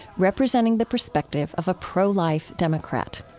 representing the perspective of a pro-life democrat.